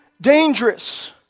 dangerous